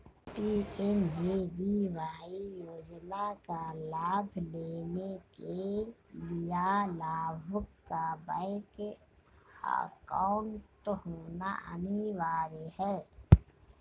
PMJBY योजना का लाभ लेने के लिया लाभुक का बैंक अकाउंट होना अनिवार्य है